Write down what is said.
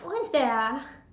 what is that ah